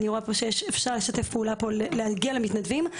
אני רואה פה שאפשר לשתף פעולה כדי להגיע למתנדבים,